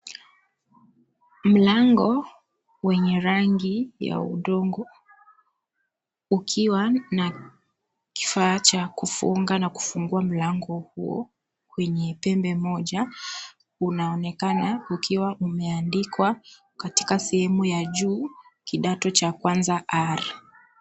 Mlango wenye rangi ya udongo ukiwa na kifaa cha kufunga na kufungua mlango huo wenye pembe moja unaonekana ukiwa umeandikwa katika sehemu ya juu kidato cha kwanza R.